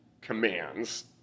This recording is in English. commands